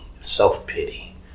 self-pity